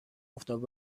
افتاد